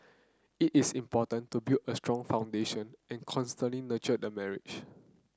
it is important to build a strong foundation and constantly nurture the marriage